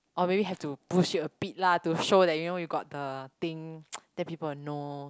oh maybe have to push him a bit to show that you know you got the thing then people will know